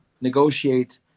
negotiate